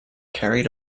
carried